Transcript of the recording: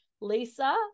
Lisa